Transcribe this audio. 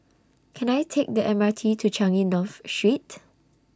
Can I Take The M R T to Changi North Street